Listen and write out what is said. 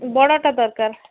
ବଡ଼ଟା ଦରକାର